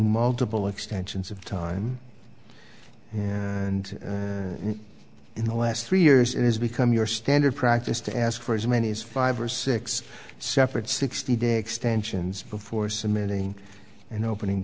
multiple extensions of time and in the last three years it has become your standard practice to ask for as many as five or six separate sixty day extensions before submitting an opening